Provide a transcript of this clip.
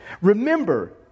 Remember